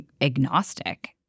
agnostic